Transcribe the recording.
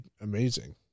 amazing